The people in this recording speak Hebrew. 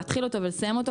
להתחיל אותו ולסיים אותו.